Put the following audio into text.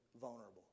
vulnerable